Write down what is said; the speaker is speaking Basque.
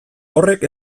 horrek